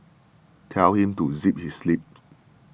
tell him to zip his lip